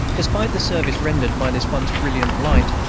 despite the service rendered by this once brilliant light,